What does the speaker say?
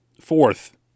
fourth